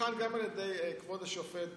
נבחן גם על ידי כבוד השופט